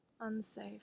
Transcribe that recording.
unsafe